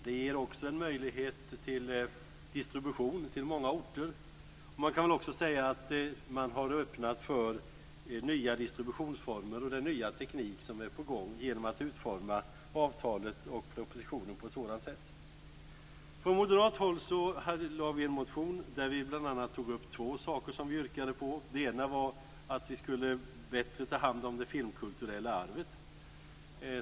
Det ger också en möjlighet till distribution till många orter. Man har öppnat för nya distributionsformer och därmed för den nya teknik som är på gång genom att utforma avtalet och propositionen på ett sådant sätt. Från moderat håll väckte vi en motion där vi yrkade på två saker. Det ena var att vi bättre skulle ta hand om det filmkulturella arvet.